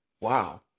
Wow